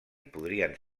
podrien